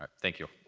um thank you.